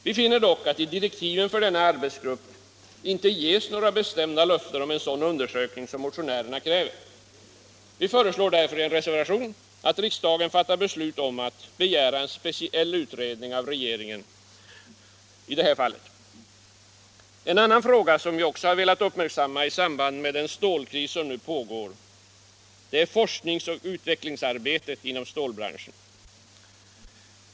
Vi finner dock att i direktiven för denna arbetsgrupp inte ges några bestämda löften om en sådan undersökning som motionärerna kräver. Vi föreslår därför i en reservation att riksdagen fattar beslut om att begära en speciell utredning av regeringen i det här fallet. En annan fråga som vi också har velat uppmärksamma i samband med den stålkris som nu pågår är forskningsoch utvecklingsarbetet inom stålbranschen.